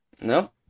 No